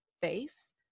face